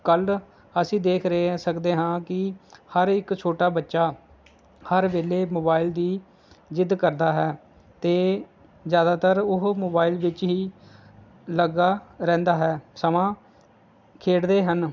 ਕੱਲ੍ਹ ਅਸੀਂ ਦੇਖ ਰਹੇ ਸਕਦੇ ਹਾਂ ਕਿ ਹਰ ਇੱਕ ਛੋਟਾ ਬੱਚਾ ਹਰ ਵੇਲੇ ਮੋਬਾਇਲ ਦੀ ਜ਼ਿੱਦ ਕਰਦਾ ਹੈ ਅਤੇ ਜ਼ਿਆਦਾਤਰ ਉਹ ਮੋਬਾਈਲ ਵਿੱਚ ਹੀ ਲੱਗਾ ਰਹਿੰਦਾ ਹੈ ਸਮਾਂ ਖੇਡਦੇ ਹਨ